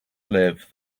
live